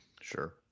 Sure